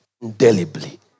indelibly